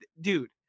dude